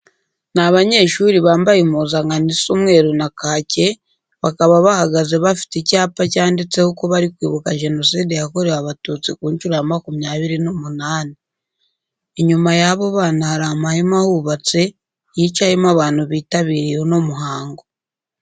Ni abanyeshuri bambaye impuzankano is umweru na kake, bakaba bahagaze bafite icyapa cyanditseho ko bari kwibuka Jenoside yakorewe Abatutsi ku ncuro ya makumyabiri n'umunani. Inyuma y'abo bana hari amahema ahubatse yicayemo abantu bitabiriye uno muhango.